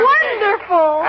Wonderful